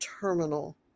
terminal